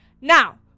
Now